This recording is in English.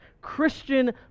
Christian